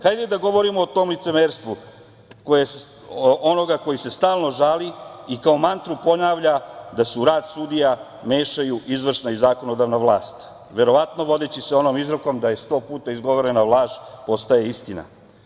Hajde da govorimo o tom licemerstvu onoga koji se stalno žali i kao mantru ponavlja da se u rad sudija mešaju izvršna i zakonodavna vlast, verovatno vodeći se onom izrekom da sto puta izgovorena laž postaje istina.